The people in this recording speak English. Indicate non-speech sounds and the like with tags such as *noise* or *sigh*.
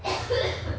*coughs*